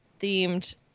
themed